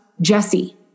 Jesse